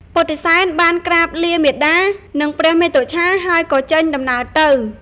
ពុទ្ធិសែនបានក្រាបលាមាតា និងព្រះមាតុច្ឆាហើយក៏ចេញដំណើរទៅ។